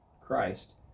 Christ